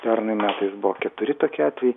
pernai metais buvo keturi tokie atvejai